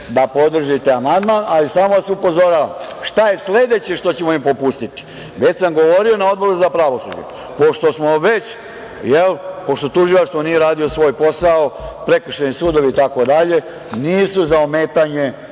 da podržite amandman, ali samo vas upozoravam šta je sledeće što ćemo im popustiti. Već sam govorio na Odboru za pravosuđe, pošto tužilaštvo nije radio svoj posao, prekršajni sudovi itd, nisu za ometanje